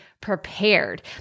prepared